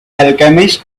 alchemist